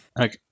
Okay